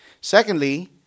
Secondly